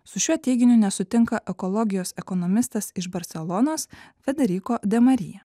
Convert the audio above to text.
su šiuo teiginiu nesutinka ekologijos ekonomistas iš barselonos federico demaria